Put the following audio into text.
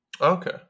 Okay